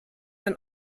ein